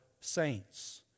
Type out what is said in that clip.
saints